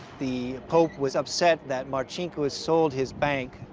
the pope was upset that marcinkus sold his bank,